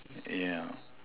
yeah